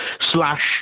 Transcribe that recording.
slash